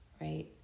right